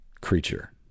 creature